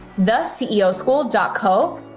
theceoschool.co